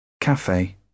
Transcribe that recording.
cafe